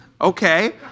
Okay